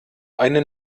eine